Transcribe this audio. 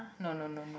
no no no no